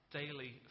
daily